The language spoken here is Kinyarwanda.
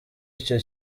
icyo